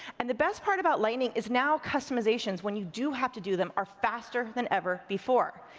and the best part about lightning is now customizations, when you do have to do them, are faster than ever before.